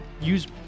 use